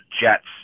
jets